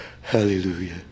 Hallelujah